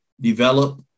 develop